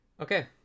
Okay